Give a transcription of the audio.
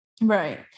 Right